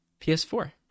PS4